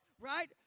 right